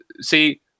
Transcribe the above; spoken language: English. see